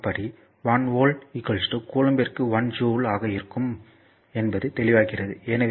4 படி 1 வோல்ட் கூலம்பிற்கு 1 ஜூல் ஆக இருக்கும் என்பது தெளிவாகிறது